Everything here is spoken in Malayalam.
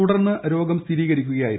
തുടർന്ന് രോഗം സ്ഥിരീകരിക്കുകയായിരുന്നു